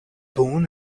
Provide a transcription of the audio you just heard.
born